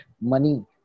money